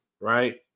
right